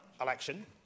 election